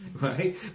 right